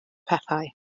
pethau